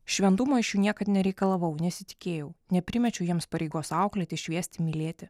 šventumo iš jų niekad nereikalavau nesitikėjau neprimečiau jiems pareigos auklėti šviesti mylėti